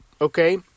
okay